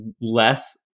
less